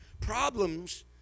problems